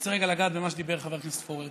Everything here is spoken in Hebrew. רוצה רגע לגעת במה שאמר חבר הכנסת פורר.